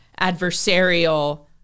adversarial –